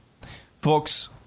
Folks